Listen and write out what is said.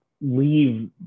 leave